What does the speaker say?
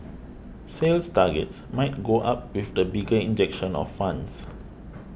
sales targets might go up with the bigger injection of funds